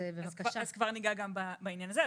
ניגע גם בעניין הזה.